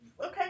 okay